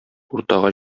уртага